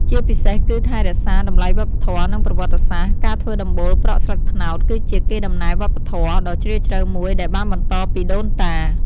ជាពិសេសគឺថែរក្សា តម្លៃវប្បធម៌ និងប្រវត្តិសាស្ត្រ ការធ្វើដំបូលប្រក់ស្លឹកត្នោត គឺជា កេរដំណែលវប្បធម៌ ដ៏ជ្រាលជ្រៅមួយដែលបានបន្តពីដូនតា។